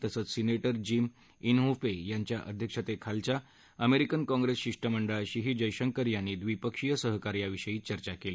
तसेच senator Jim Inhofe यांच्या अध्यक्षतेखालच्या अमेरिकनकाँप्रिसच्या शिष्टमंडळाशीही जयशंकर यांनी द्विपक्षीय सहकार्याविषयी चर्चा केली